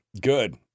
Good